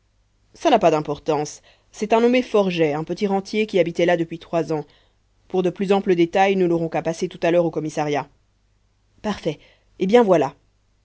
ça n'a pas d'importance c'est un nommé forget un petit rentier qui habitait là depuis trois ans pour de plus amples détails nous n'aurons qu'à passer tout à l'heure au commissariat parfait eh bien voilà